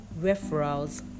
referrals